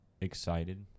excited